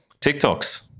tiktoks